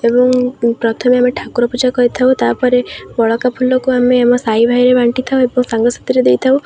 ଏବଂ ପ୍ରଥମେ ଆମେ ଠାକୁର ପୂଜା କରିଥାଉ ତା'ପରେ ବଳକା ଫୁଲକୁ ଆମେ ଆମ ସାଇ ଭାଇରେ ବାଣ୍ଟିଥାଉ ଏବଂ ସାଙ୍ଗ ସାାଥିରେ ଦେଇଥାଉ